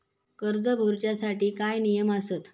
कर्ज भरूच्या साठी काय नियम आसत?